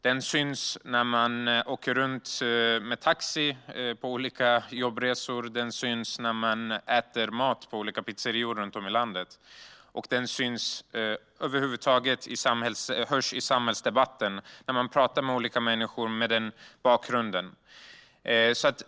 Det ser man när man åker taxi på olika jobbresor och när man äter på olika pizzerior runt om landet. Över huvud taget kan man se det i samhällsdebatten när man pratar med olika människor som har en annan bakgrund.